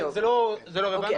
זה לא רלוונטי.